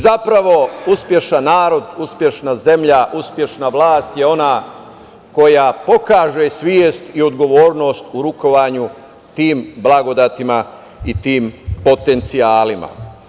Zapravo, uspešan narod, uspešna zemlja, uspešna vlast je ona koja pokaže svest i odgovornost u rukovanju tim blagodetima i tim potencijalima.